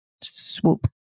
swoop